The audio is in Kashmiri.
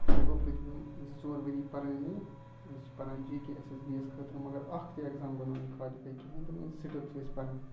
مےٚ گوٚو پٔتِم زٕ ژور ؤری پَرٲنی أسۍ چھِ پَران J K S S B یَس خٲطرٕ مگر اَکھ تہِ اٮ۪گزام گوٚو نہٕ وُنہِ کالِفے کِہیٖنٛۍ تہِ نہٕ وُنہِ سِٹل چھِ أسۍ پَران